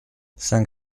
cinq